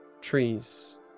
Trees